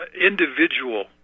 individual